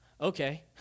Okay